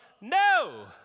no